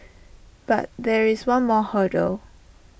but there is one more hurdle